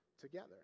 together